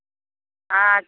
ᱟᱻᱡ